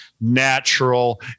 natural